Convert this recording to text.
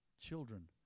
Children